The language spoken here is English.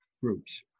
groups